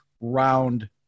round